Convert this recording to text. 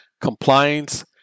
compliance